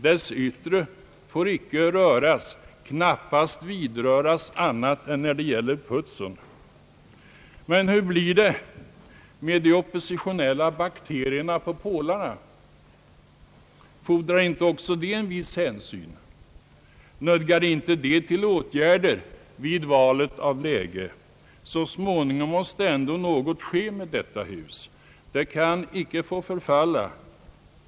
Dess yttre får icke röras, knappast vidröras, annat än när det gäller putsen. Men hur blir det med de oppositionella bakterierna på pålarna? Fordrar inte också de en viss hänsyn? Nödgar inte de till åtgärder vid valet av läge? Så småningom måste dock något ske med detta hus. Det kan icke få förfalla.